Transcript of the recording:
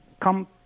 come